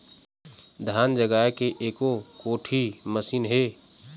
धान जगाए के एको कोठी मशीन हे?